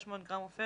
300 גרם עופרת,